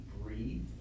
Breathe